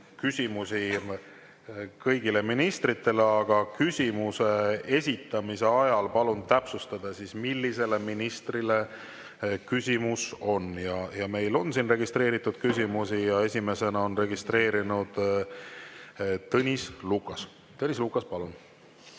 küsimusi kõigile ministritele. Küsimuse esitamise ajal palun täpsustada, millisele ministrile küsimus on. Meil on siin registreeritud küsimusi ja esimesena on registreerunud Tõnis Lukas. Tõnis Lukas, palun!